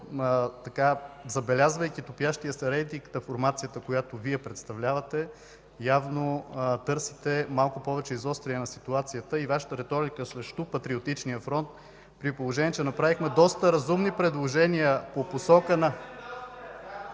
забелязвайки топящия се рейтинг на формацията, която Вие представлявате, явно търсите малко повече изостряне на ситуацията с Вашата риторика срещу Патриотичния фронт, при положение че направихме доста разумни предложения по посока на...